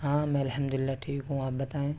ہاں میں الحمد اللہ ٹھیک ہوں آپ بتائیں